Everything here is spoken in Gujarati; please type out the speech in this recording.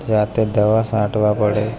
જાતે દવા છાંટવી પડે